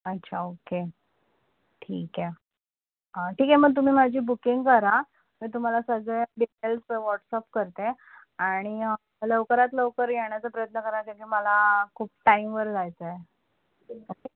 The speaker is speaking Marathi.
अच्छा ओके ठीक आहे ठीक आहे मग तुम्ही माझी बुकिंग करा मी तुम्हाला सगळ्या डिटेल्स वॉटसअप करते आणि लवकरात लवकर येण्याचा प्रयत्न कराल कारण की मला खूप टाईमवर जायचं आहे ओके